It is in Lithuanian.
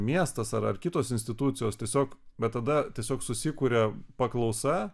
miestas ar kitos institucijos tiesiog bet tada tiesiog susikuria paklausa